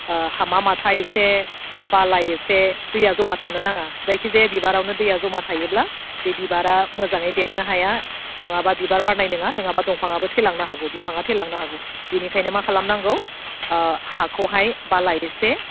हामा माथा एसे बाला एसे दैया जमा थानो नाङा जायखिजाया बिबारावनो दैया जमा थायोब्ला बे बिबारा मोजाङै देरनो हाया नङाबा बिबार बारनाय नङा नङाबा दंफाङाबो थैलांनो हागौ बिफाङा थैलांनो हागौ बेनिखायनो मा खालामनांगौ हाखौहाय बाला एसे